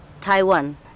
Taiwan